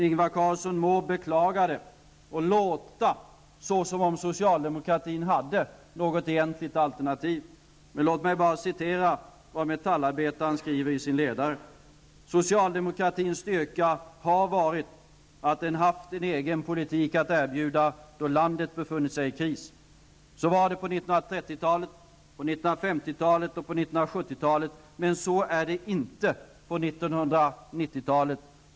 Ingvar Carlsson må beklaga detta och låta som om socialdemokratin hade något egentligt alternativ, men i Metallarbetaren skriver man i sin ledare att socialdemokratins styrka har varit att den haft en egen politik att erbjuda när landet befunnit sig i kris. Så var det på 1930-talet, på 1950-talet och på 1970-talet, men så är det inte på 1990-talet.